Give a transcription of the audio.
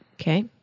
Okay